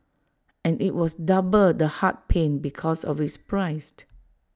and IT was double the heart pain because of its price